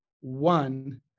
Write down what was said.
one